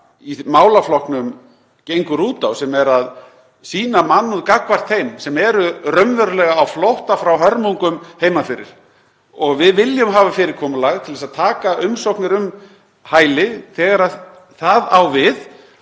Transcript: í málaflokknum gengur út á: Að sýna mannúð gagnvart þeim sem eru raunverulega á flótta frá hörmungum heima fyrir. Við viljum hafa fyrirkomulag til að taka umsóknir um hæli, þegar það á við,